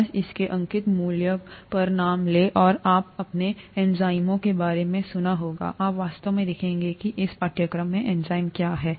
बस इसके अंकित मूल्य पर नाम लें और अब आपने एंजाइमों के बारे में सुना होगा आप वास्तव में देखेंगे कि इस पाठ्यक्रम में एंजाइम क्या हैं